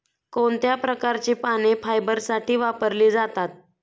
कोणत्या प्रकारची पाने फायबरसाठी वापरली जातात?